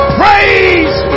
praise